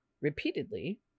repeatedly